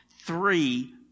three